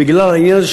בגלל העניין הזה,